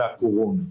והקורונה.